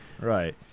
Right